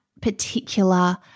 particular